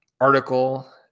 article